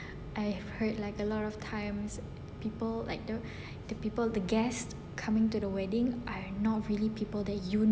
I've heard like a lot of times people like the the people the guest coming to the wedding are not really people that you